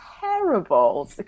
terrible